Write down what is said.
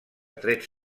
trets